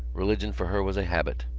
religion for her was a habit,